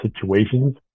situations